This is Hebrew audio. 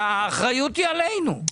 והאחריות היא עלינו.